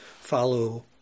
follow